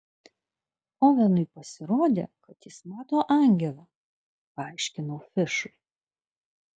ovenui pasirodė kad jis mato angelą paaiškinau fišui